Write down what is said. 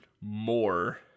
more